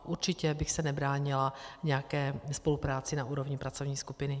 Určitě bych se nebránila nějaké spolupráci na úrovni pracovní skupiny.